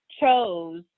chose